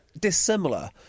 dissimilar